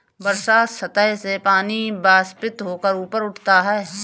वर्षा सतह से पानी वाष्पित होकर ऊपर उठता है